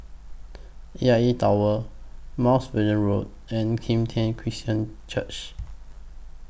A I A Tower Mounts Vernon Road and Kim Tian Christian Church